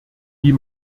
wie